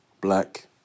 black